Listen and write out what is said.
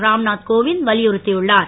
Ramnath Govind வலியுறுத்தியுன்னார்